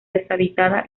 deshabitada